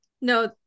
No